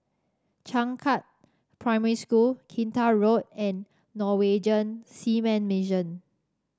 Changkat Primary School Kinta Road and Norwegian Seamen Mission